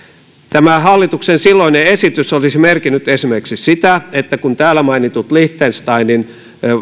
tämä hallituksen silloinen esitys olisi merkinnyt esimerkiksi sitä että kun täällä mainitut liechten steinin